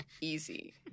easy